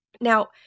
Now